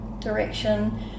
direction